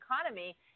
economy